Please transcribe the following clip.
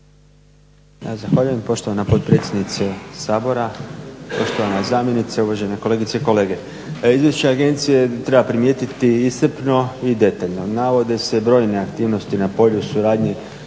zahvaljujem poštovanja potpredsjednice, poštovana zamjenica, uvažene kolegice i kolege. Evo izvješće agencije treba primijetiti je iscrpno i detaljno. Navode se brojne aktivnosti na polju suradnje